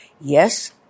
Yes